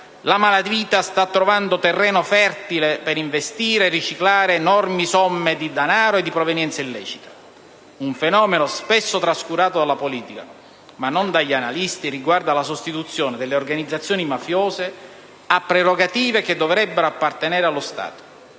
la malavita sta trovando terreno fertile per investire e riciclare enormi somme di denaro di provenienza illecita. Un fenomeno spesso trascurato dalla politica, ma non dagli analisti, riguardo alla sostituzione delle organizzazioni mafiose in prerogative che dovrebbero appartenere allo Stato.